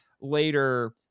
later